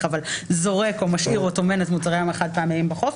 או משאיר או טומן את המוצרים החד פעמיים בחוף,